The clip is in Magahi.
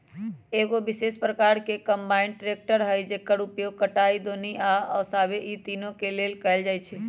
एगो विशेष प्रकार के कंबाइन ट्रेकटर हइ जेकर उपयोग कटाई, दौनी आ ओसाबे इ तिनों के लेल कएल जाइ छइ